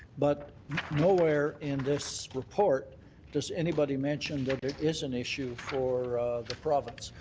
but nowhere in this report does anybody mention that it is an issue for the province.